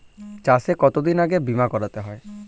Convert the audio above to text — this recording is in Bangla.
চাষে কতদিন আগে বিমা করাতে হয়?